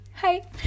Hi